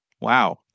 Wow